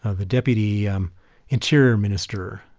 ah the deputy um interior minister,